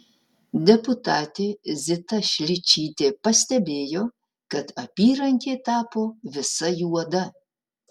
deputatė zita šličytė pastebėjo kad apyrankė tapo visa juoda